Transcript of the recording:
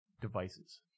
devices